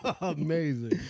Amazing